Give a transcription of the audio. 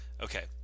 Okay